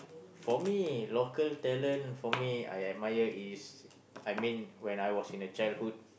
for me local talent for me I admire is I mean when I was in the childhood